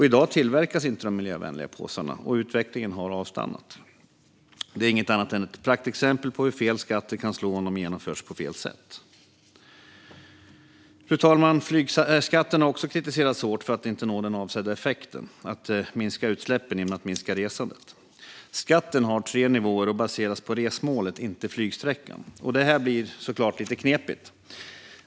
I dag tillverkas inte de miljövänliga påsarna, och utvecklingen har avstannat. Detta är inget annat än ett praktexempel på hur fel skatter kan slå om de genomförs på fel sätt. Fru talman! Flygskatten har också kritiserats hårt för att inte nå den avsedda effekten: att minska utsläppen genom att minska resandet. Skatten har tre nivåer och baseras på resmålet, inte flygsträckan. Då blir det lite knepigt.